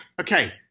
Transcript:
Okay